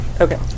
Okay